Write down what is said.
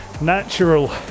natural